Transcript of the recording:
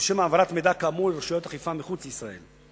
ולשם העברת מידע כאמור לרשויות אכיפה מחוץ לישראל.